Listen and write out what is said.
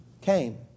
came